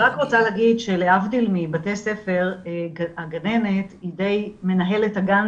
אני רק רוצה להגיד שלהבדיל מבתי ספר הגננת היא די מנהלת הגן